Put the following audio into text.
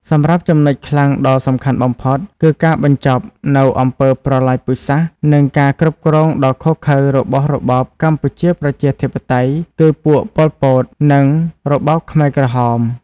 សម្រាប់ចំណុចខ្លាំងដ៏សំខាន់បំផុត គឺការបញ្ចប់នូវអំពើប្រល័យពូជសាសន៍ និងការគ្រប់គ្រងដ៏ឃោរឃៅរបស់របបកម្ពុជាប្រជាធិបតេយ្យ គឺពួកប៉ុលពត និងរបបខ្មែរក្រហម។